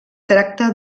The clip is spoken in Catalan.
tracta